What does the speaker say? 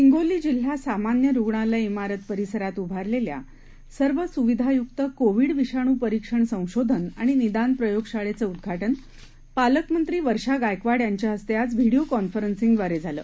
हिंगोली जिल्हा सामान्य रुग्णालय इमारत परिसरात उभारलेल्या सर्व सुविधायुक्त कोविड विषाणू परिक्षण संशोधन आणि निदान प्रयोगशाळेचं उद्घाटन पालकमंत्री वर्षा गायकवाड यांच्या हस्ते आज व्हिडीओ कॉन्फरन्सिंगद्वारे करण्यात आलं